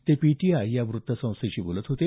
ते पीटीआय या वृत्तसंस्थेशी बोलत होते